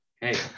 Hey